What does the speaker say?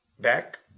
back